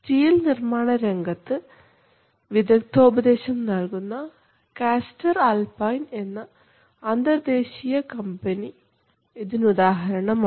steel നിർമ്മാണ രംഗത്ത് വിദഗ്ധോപദേശം നൽകുന്ന കാസ്റ്റർ ആൽപൈൻ എന്ന അന്തർദേശീയ കമ്പനി ഇതിനുദാഹരണമാണ്